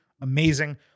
amazing